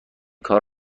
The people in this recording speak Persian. کار